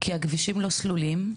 כי הכבישים לא סלולים.